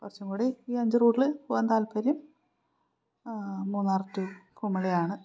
കറച്ചും കൂടി ഈ അഞ്ച് റൂട്ടില് പോകാൻ താല്പര്യം മൂന്നാര് റ്റു കുമിളിയാണ്